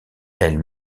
elle